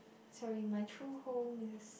sorry my true home is